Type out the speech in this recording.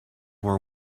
war